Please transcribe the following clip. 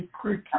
Quick